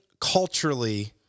culturally